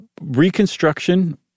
reconstruction